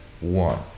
one